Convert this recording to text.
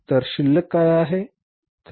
तर शिल्लक काय आहे